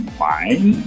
fine